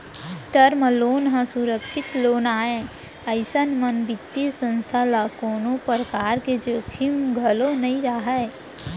term loan ह सुरक्छित loan आय अइसन म बित्तीय संस्था ल कोनो परकार के जोखिम घलोक नइ रहय